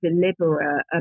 deliberate